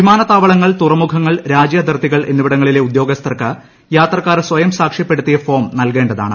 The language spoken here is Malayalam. വിമാനത്താവളങ്ങൾ തുറമുഖങ്ങൾ രാജ്യ അതിർത്തികൾ എന്നിവിട ങ്ങളിലെ ഉദ്യോഗസ്ഥർക്ക് യാത്രക്കാർ സ്വയം സാക്ഷ്യപ്പെടുത്തിയ ഫോം നൽകേണ്ടതാണ്